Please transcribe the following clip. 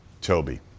Toby